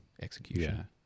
execution